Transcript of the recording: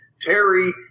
Terry